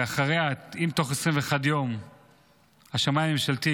ואחרי כן, אם תוך 21 יום השמאי הממשלתי